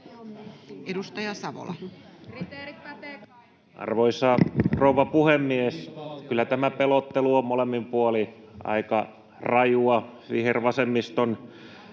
Content: Arvoisa rouva puhemies! Kyllä tämä pelottelu on molemmin puolin aika rajua: vihervasemmiston